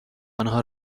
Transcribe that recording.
آنها